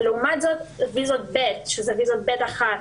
לעומת זאת, אשרות ב/1,